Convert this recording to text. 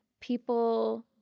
people